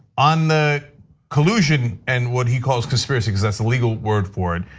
on the collusion and what he calls conspiracy cuz that's the legal word for it.